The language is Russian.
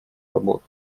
работу